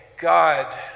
God